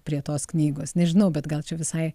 prie tos knygos nežinau bet gal čia visai